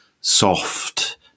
soft